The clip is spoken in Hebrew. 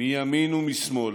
מימין ומשמאל,